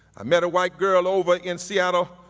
i met a white girl over in seattle,